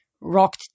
rocked